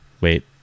Wait